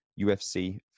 ufc